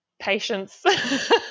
patience